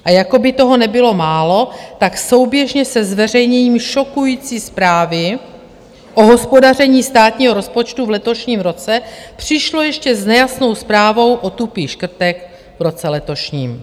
A jako by toho nebylo málo, tak souběžně se zveřejněním šokující zprávy o hospodaření státního rozpočtu v letošním roce přišlo ještě s nejasnou zprávou o tupých škrtech v roce letošním.